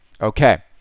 Okay